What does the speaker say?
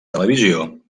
televisió